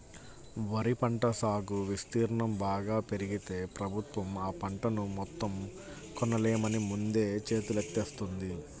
వరి పంట సాగు విస్తీర్ణం బాగా పెరిగితే ప్రభుత్వం ఆ పంటను మొత్తం కొనలేమని ముందే చేతులెత్తేత్తంది